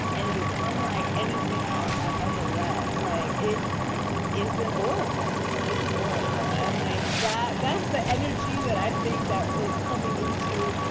and it is unlike anything else i've ever read. like it is an oracle. is an oracle. and like that, that's the energy that i think that is coming into,